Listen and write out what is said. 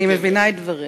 אני מבינה את דבריך.